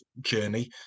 journey